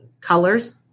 colors